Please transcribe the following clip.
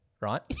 right